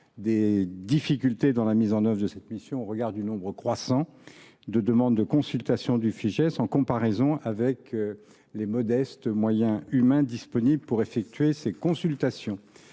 des difficultés dans la mise en œuvre de cette mission au regard du nombre croissant de demandes de consultation du fichier, en comparaison avec les modestes moyens humains disponibles. Au demeurant, à ce jour, aucune